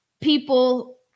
people